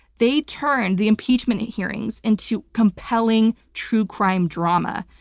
they turned the impeachment hearings into compelling true crime drama,